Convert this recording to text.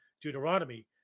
Deuteronomy